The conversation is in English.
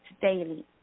daily